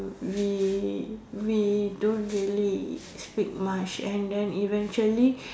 we we don't really speak much and then eventually